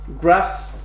graphs